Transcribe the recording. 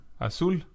Azul